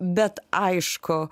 bet aišku